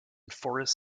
forest